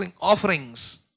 offerings